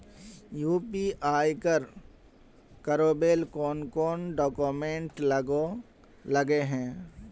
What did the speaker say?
UPI कर करावेल कौन कौन डॉक्यूमेंट लगे है?